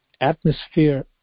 atmosphere